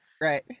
Right